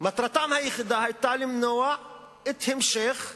מטרתם היחידה היה למנוע את המשך הרצח.